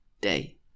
Day